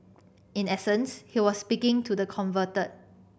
in essence he was speaking to the converted